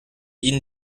ihnen